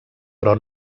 però